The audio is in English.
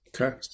Okay